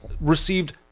received